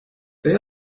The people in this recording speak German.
wer